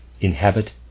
inhabit